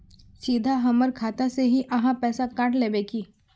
सीधा हमर खाता से ही आहाँ पैसा काट लेबे की?